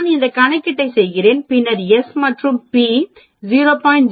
நான் அந்த கணக்கீட்டைச் செய்கிறேன் பின்னர் s மற்றும் p 0